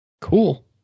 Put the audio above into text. Cool